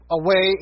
away